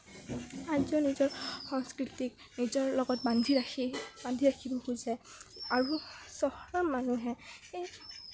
আজিও নিজৰ সংস্কৃতিক নিজৰ লগত বান্ধি ৰাখি বান্ধি ৰাখিব খোজে আৰু চহৰৰ মানুহে